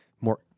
more